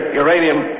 uranium